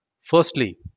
Firstly